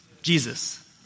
Jesus